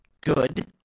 good